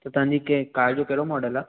त तव्हांजी कार जो कहिड़ो मॉडल आहे